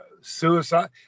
suicide